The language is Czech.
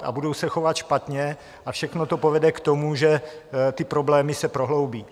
A budou se chovat špatně a všechno to povede k tomu, že ty problémy se prohloubí.